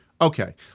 Okay